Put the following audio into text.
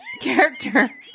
character